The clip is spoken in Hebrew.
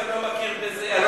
אני לא מכיר בזה.